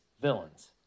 villains